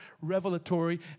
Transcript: revelatory